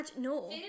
no